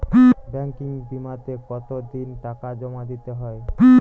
Banking বিমাতে কত দিন টাকা জমা দিতে হয়?